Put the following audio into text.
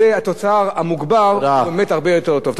והתוצר המוגמר הוא באמת הרבה יותר טוב.